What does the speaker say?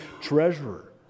treasurer